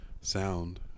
sound